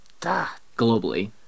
Globally